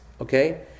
Okay